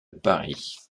paris